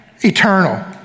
eternal